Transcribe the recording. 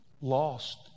lost